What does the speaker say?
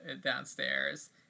downstairs